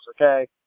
okay